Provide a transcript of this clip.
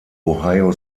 ohio